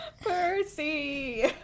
Percy